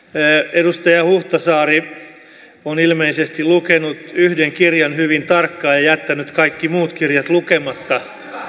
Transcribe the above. edustaja huhtasaari on ilmeisesti lukenut yhden kirjan hyvin tarkkaan ja jättänyt kaikki muut kirjat lukematta